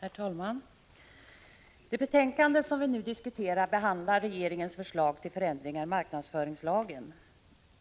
Herr talman! Det betänkande som vi nu diskuterar behandlar regeringens förslag till förändringar i marknadsföringslagen.